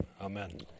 Amen